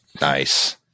nice